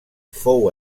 fou